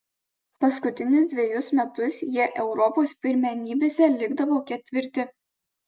paskutinius dvejus metus jie europos pirmenybėse likdavo ketvirti